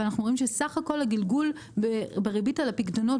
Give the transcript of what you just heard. וראינו שסך הכול הגלגול בריבית על הפיקדונות